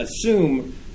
assume